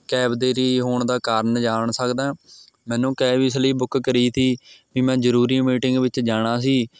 cab ਦੇਰੀ ਹੋਣ ਦਾ ਕਾਰਨ ਜਾਣ ਸਕਦਾ ਮੈਨੂੰ ਕੈਬ ਇਸ ਲਈ ਬੁੱਕ ਕਰੀ ਤੀ ਵੀ ਮੈਂ ਜ਼ਰੂਰੀ ਮੀਟਿੰਗ ਵਿੱਚ ਜਾਣਾ ਸੀ